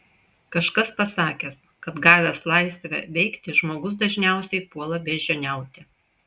kažkas pasakęs kad gavęs laisvę veikti žmogus dažniausiai puola beždžioniauti